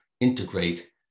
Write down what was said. integrate